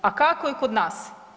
A kako je kod nas?